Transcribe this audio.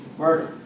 murder